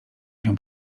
się